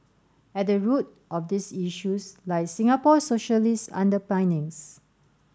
at the root of these issues lie Singapore's socialist underpinnings